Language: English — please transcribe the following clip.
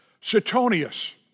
Suetonius